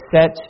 set